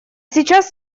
сейчас